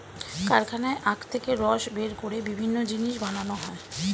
কারখানায় আখ থেকে রস বের করে বিভিন্ন জিনিস বানানো হয়